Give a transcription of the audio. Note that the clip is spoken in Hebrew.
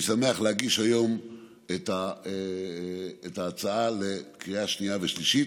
אני שמח להגיש היום את ההצעה לקריאה שנייה ושלישית.